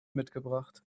mitgebracht